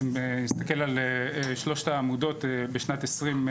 אם נסתכל על שלושת העמודות של שנת 2021,